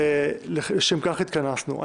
ולשם כך התכנסנו.